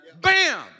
Bam